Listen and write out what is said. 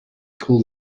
call